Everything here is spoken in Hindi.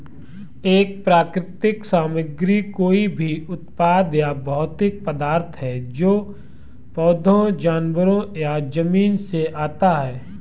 एक प्राकृतिक सामग्री कोई भी उत्पाद या भौतिक पदार्थ है जो पौधों, जानवरों या जमीन से आता है